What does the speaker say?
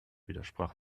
widersprach